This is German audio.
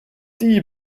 die